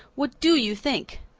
what do you think?